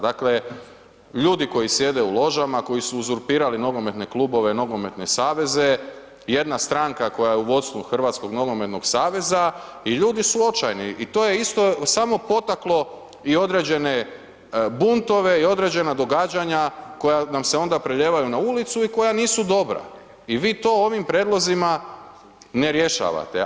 Dakle ljudi koji sjede u ložama, koji su uzurpirali nogometne klubove i nogometne saveze, jedna stranka koja je u vodstvu HNS-a i ljudi su očajni i to je isto samo potaklo i određene buntove i određena događanja koja nam se onda prelijevaju na ulicu i koja nisu dobra i vi to ovim prijedlozima ne rješavate.